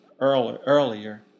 earlier